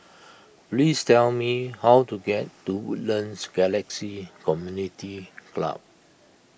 please tell me how to get to Woodlands Galaxy Community Club